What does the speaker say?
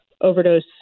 overdose